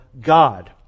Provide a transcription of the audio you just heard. God